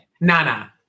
Nana